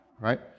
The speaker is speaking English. right